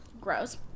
Gross